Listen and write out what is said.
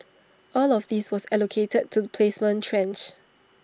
all of this was allocated to the placement tranche